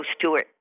Stewart